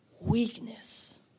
weakness